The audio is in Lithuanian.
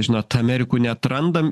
žinot amerikų neatrandam